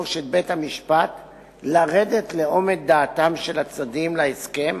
של בית-המשפט לרדת לאומד דעתם של הצדדים להסכם,